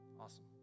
Awesome